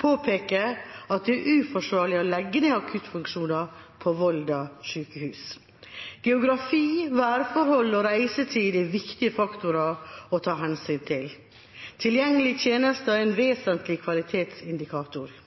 påpeker at det er uforsvarlig å legge ned akuttfunksjoner på Volda sjukehus. Geografi, værforhold og reisetid er viktige faktorer å ta hensyn til. Tilgjengelige tjenester er en vesentlig kvalitetsindikator.